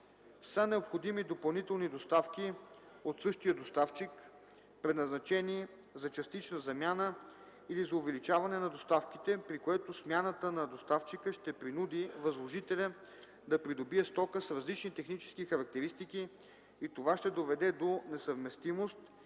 са необходими допълнителни доставки от същия доставчик, предназначени за частична замяна или за увеличаване на доставките, при което смяната на доставчика ще принуди възложителя да придобие стока с различни технически характеристики и това ще доведе до несъвместимост